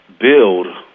build